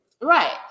Right